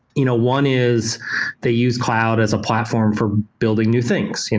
you know one is they use cloud as a platform for building new things, you know